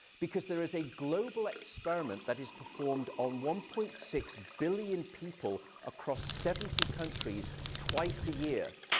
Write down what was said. because there is a global experiment that is performed on one point six billion people across seventy countries twice a year,